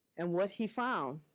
and what he found